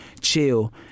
chill